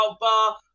bar